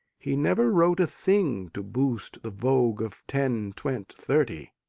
he never wrote a thing to boost the vogue of ten, twent', thirty.